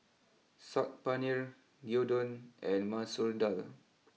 Saag Paneer Gyudon and Masoor Dal